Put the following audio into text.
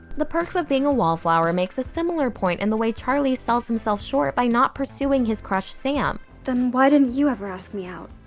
the perks of being a wallflower makes a similar point in the way charlie sells himself short by not pursuing his crush, sam. then why didn't you ever ask me out?